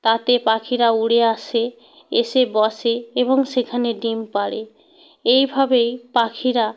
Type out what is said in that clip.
তাতে পাখিরা উড়ে আসে এসে বসে এবং সেখানে ডিম পাড়ে এইভাবেই পাখিরা